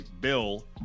bill